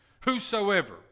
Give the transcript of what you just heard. whosoever